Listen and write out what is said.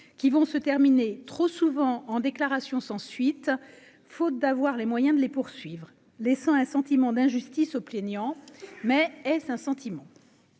qui vont se terminer trop souvent en déclaration sans suite, faute d'avoir les moyens de les poursuivre les un sentiment d'injustice au plaignant mais est-ce un sentiment.